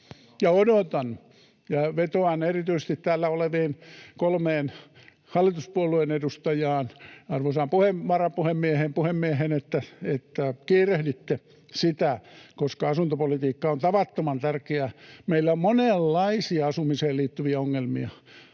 odotan ja vetoan erityisesti täällä oleviin kolmeen hallituspuolueen edustajaan, arvoisaan puhemieheen, että kiirehditte sitä, koska asuntopolitiikka on tavattoman tärkeä. Meillä on monenlaisia asumiseen liittyviä ongelmia.